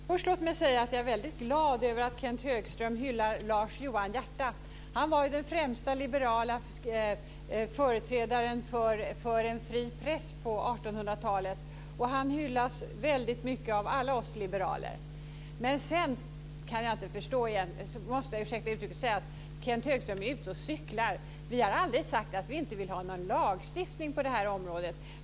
Fru talman! Låt mig först säga att jag är väldigt glad över att Kenth Högström hyllar Lars Johan Hierta. Denne var den främste liberala företrädaren för en fri press på 1800-talet, och han hyllas väldigt mycket av alla oss liberaler. Men sedan måste jag - ursäkta uttrycket - säga att Kenth Högström är ute och cyklar. Vi har aldrig sagt att vi inte vill ha någon lagstiftning på det här området.